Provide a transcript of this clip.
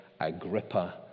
Agrippa